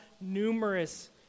numerous